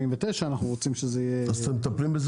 ואנחנו רוצים שזה יהיה --- אז אתם מטפלים בזה?